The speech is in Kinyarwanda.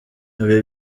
ibi